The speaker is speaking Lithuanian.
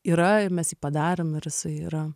yra mes jį padarėm ir jisai yra